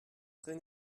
trés